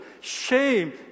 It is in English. shame